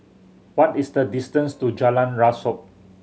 what is the distance to Jalan Rasok